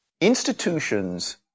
institutions